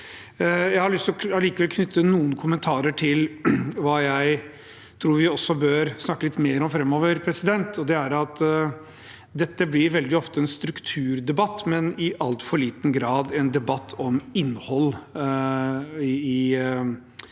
Jeg har likevel lyst til å knytte noen kommentarer til hva jeg tror vi bør snakke litt mer om framover, og det er at det veldig ofte blir en strukturdebatt og i altfor liten grad en debatt om innhold i kommunene